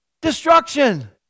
destruction